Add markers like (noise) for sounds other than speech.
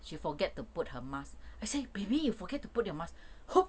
she forget to put her mask I say baby you forget to put your mask (noise)